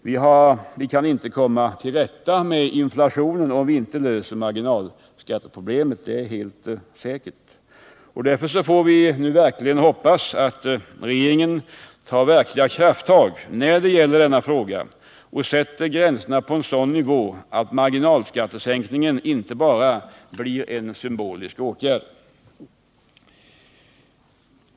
Vi kan inte komma till rätta med inflationen om vi inte löser marginalskatteproblemet — det är helt säkert. Därför får vi verkligen hoppas att regeringen nu tar ordentliga krafttag när det gäller denna fråga och sätter gränserna på en sådan nivå att marginalskattesänkningen inte bara blir en symbolisk åtgärd.